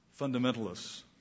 fundamentalists